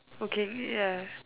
okay ya